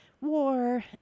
war